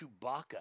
Chewbacca